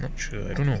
not sure I don't know